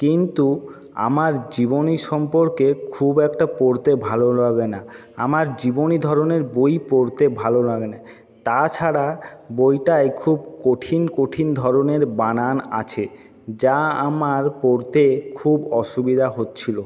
কিন্তু আমার জীবনী সম্পর্কে খুব একটা পড়তে ভালো লাগে না আমার জীবনী ধরনের বই পড়তে ভালো লাগে না তাছাড়া বইটায় খুব কঠিন কঠিন ধরনের বানান আছে যা আমার পড়তে খুব অসুবিধা হচ্ছিলো